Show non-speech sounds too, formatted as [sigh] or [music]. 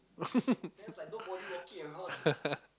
[laughs]